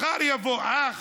מחר יבוא אח,